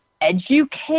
educate